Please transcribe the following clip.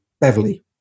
Beverly